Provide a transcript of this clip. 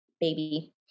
baby